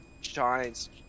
Giants